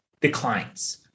declines